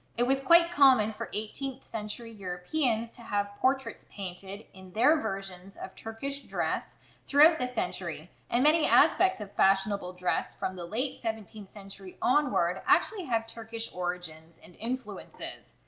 it was quite common for eighteenth century europeans to have portraits painted in their versions of turkish dress throughout the century. and many aspects of fashionable dress from the late seventeenth century onward actually have turkish origins and influences,